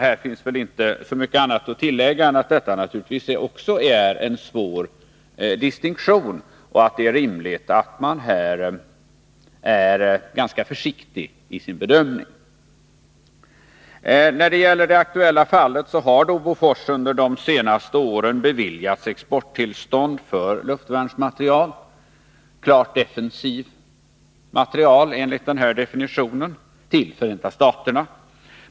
Här finns väl inte så mycket annat att tillägga än att också detta naturligtvis är en svår distinktion att göra och att det är rimligt att man här är ganska försiktig i sin bedömning. När det gäller det aktuella fallet så har Bofors under de senaste åren beviljats exporttillstånd för luftvärnsmateriel— klart defensiv materiel, enligt den här definitionen — till Förenta staterna.